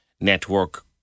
Network